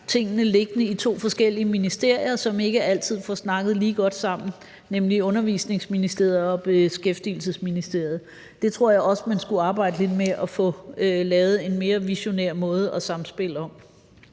tingene liggende i to forskellige ministerier, som ikke altid får snakket lige godt sammen, nemlig Børne- og Undervisningsministeriet og Beskæftigelsesministeriet. Jeg tror også, at man skulle arbejde lidt med at få lavet en mere visionær måde at samspille på.